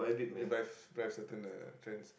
revive revive certain uh friends